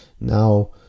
Now